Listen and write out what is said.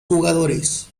jugadores